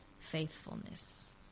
faithfulness